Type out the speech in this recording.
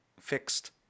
fixed